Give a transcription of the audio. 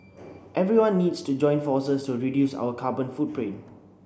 everyone needs to join forces to reduce our carbon footprint